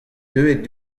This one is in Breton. deuet